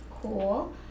Cool